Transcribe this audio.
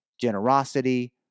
generosity